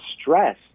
stress